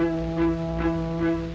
new